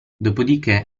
dopodiché